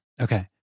Okay